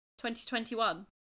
2021